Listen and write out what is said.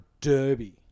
Derby